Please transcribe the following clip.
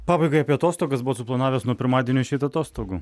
pabaigai apie atostogas buvot suplanavęs nuo pirmadienio išeiti atostogų